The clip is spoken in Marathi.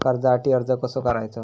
कर्जासाठी अर्ज कसो करायचो?